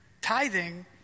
tithing